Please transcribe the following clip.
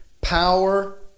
power